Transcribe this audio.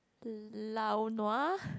lao-nua